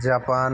Japan